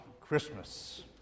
Christmas